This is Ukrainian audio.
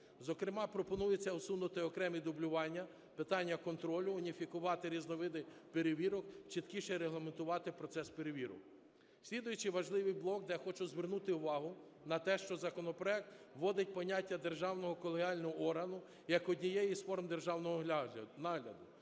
Зокрема, пропонується усунути окремі дублювання, питання контролю, уніфікувати різновиди перевірок, чіткіше регламентувати процес перевірок. Слідуючий важливий блок, де я хочу звернути увагу на те, що законопроект вводить поняття державного колегіального органу як однієї з форм державного нагляду.